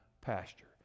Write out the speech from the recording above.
pasture